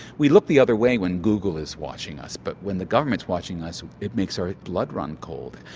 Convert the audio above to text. we look the other way when google is watching us, but when the government is watching us it makes our blood run cold.